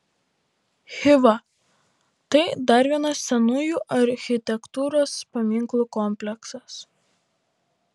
chiva tai dar vienas senųjų architektūros paminklų kompleksas